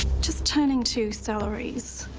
just turning to salaries,